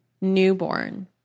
newborn